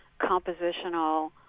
compositional